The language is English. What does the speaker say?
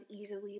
easily